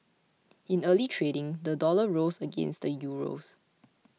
in early trading the dollar rose against the euros